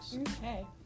Okay